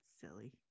silly